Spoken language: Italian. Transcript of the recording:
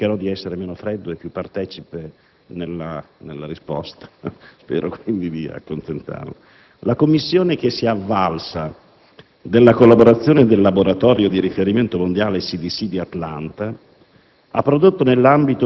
cercherò di essere meno freddo e più partecipe nella risposta. Spero quindi di accontentarla. La commissione, che si è avvalsa della collaborazione del laboratorio di riferimento mondiale "CDC" di Atlanta,